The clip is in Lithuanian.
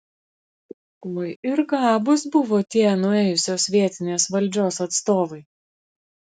oi ir gabūs buvo tie nuėjusios vietinės valdžios atstovai